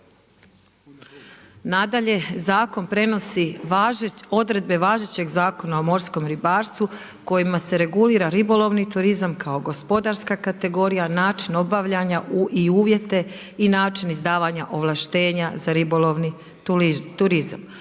Nadalje, zakon prenosi odredbe važećeg Zakona o morskom ribarstvu, kojima se regulira ribolovni turizam kao gospodarska kategorija, način obavljanja i uvijete i način izdavanja ovlaštenja za ribolovni turizam